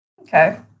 okay